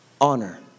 honor